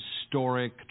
historic